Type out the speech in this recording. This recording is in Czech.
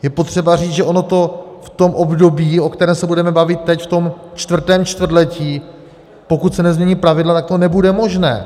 Je potřeba říct, že ono to v tom období, o kterém se budeme bavit teď, v tom čtvrtém čtvrtletí, pokud se nezmění pravidla, tak to nebude možné.